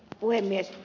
puhemies